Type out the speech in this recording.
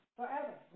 forever